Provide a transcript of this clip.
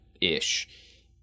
ish